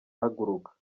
ahaguruka